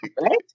right